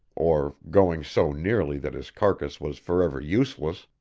or going so nearly that his carcass was forever useless,